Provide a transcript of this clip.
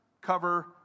cover